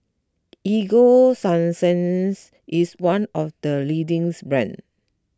Ego Sunsense is one of the leading brands